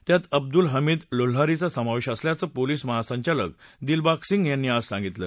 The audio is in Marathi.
त्यात अब्दुल हमद्विलेल्हारव्रा समावेश असल्याचं पोलसि महासंचालक दिलबाग सिंग यांना आज सांगितलं